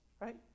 right